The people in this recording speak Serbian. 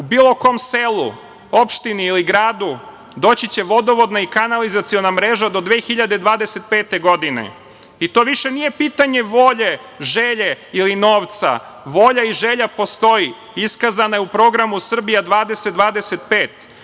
u bilo kom selu, opštini ili gradu doći će vodovodna i kanalizaciona mreža do 2025. godine i to više nije pitanje volje, želje ili novca. Volja i želja postoje, iskazane u programu „Srbija 2025“,